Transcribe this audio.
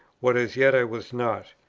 what as yet i was not.